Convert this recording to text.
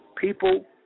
People